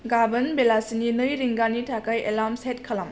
गाबोन बेलासिनि नै रिंगानि थाखाय एलार्म सेट खालाम